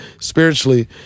spiritually